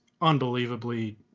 unbelievably